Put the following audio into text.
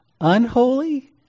unholy